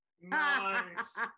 Nice